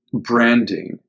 branding